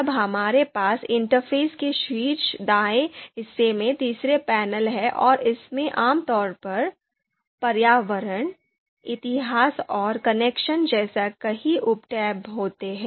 तब हमारे पास इंटरफ़ेस के शीर्ष दाएं हिस्से में तीसरा पैनल है और इसमें आमतौर पर पर्यावरण इतिहास और कनेक्शन जैसे कई उप टैब होते हैं